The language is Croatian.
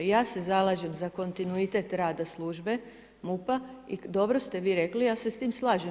I ja se zalažem za kontinuitet rada službe MUP-a i dobro ste vi rekli, ja se s tim slažem.